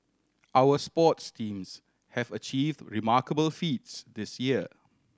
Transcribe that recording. our sports teams have achieved remarkable feats this year